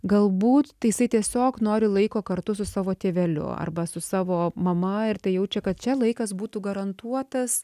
galbūt tai jisai tiesiog nori laiko kartu su savo tėveliu arba su savo mama ir tai jaučia kad čia laikas būtų garantuotas